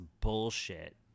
bullshit